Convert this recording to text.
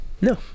No